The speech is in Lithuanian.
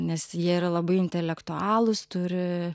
nes jie yra labai intelektualūs turi